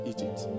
Egypt